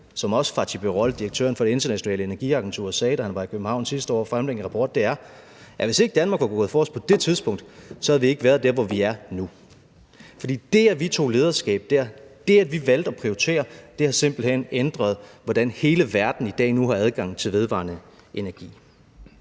hvad også Fatih Birol, direktøren for Det Internationale Energiagentur, sagde, da han var i København sidste år for at fremlægge en rapport – er, at hvis ikke Danmark var gået forrest på det tidspunkt, havde vi ikke været der, hvor vi er nu. For det, at vi tog lederskab dér, det, at vi valgte at prioritere, har simpelt hen ændret, hvordan hele verden i dag nu har adgang til vedvarende energi.